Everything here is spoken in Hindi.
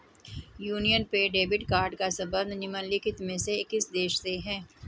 यूनियन पे डेबिट कार्ड का संबंध निम्नलिखित में से किस देश से है?